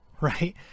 Right